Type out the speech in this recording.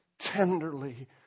tenderly